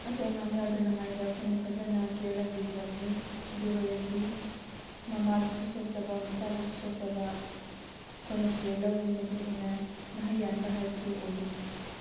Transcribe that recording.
ꯑꯁꯣꯏ ꯑꯉꯥꯡ ꯌꯥꯎꯗꯅꯉꯥꯏꯗ ꯑꯩꯈꯣꯏꯅ ꯐꯖꯅ ꯀꯤꯌꯔ ꯂꯧꯕꯤꯒꯗꯝꯅꯤ ꯑꯗꯨ ꯑꯣꯏꯔꯗꯤ ꯃꯃꯥꯗꯨꯁꯨ ꯁꯣꯛꯇꯕ ꯃꯆꯥꯗꯨꯁꯨ ꯁꯣꯛꯇꯕ ꯑꯩꯈꯣꯏꯅ ꯀꯤꯌꯔ ꯂꯧꯕꯒꯤ ꯃꯇꯨꯡ ꯏꯟꯅ ꯃꯍꯩ ꯌꯥꯟꯕ ꯍꯥꯏꯕꯗꯨ ꯑꯣꯏꯒꯅꯤ